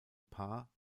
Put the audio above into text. paar